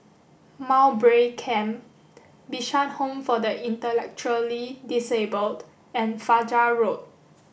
Mowbray Camp Bishan Home for the Intellectually Disabled and Fajar Road